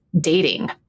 dating